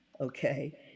okay